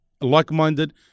like-minded